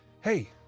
hey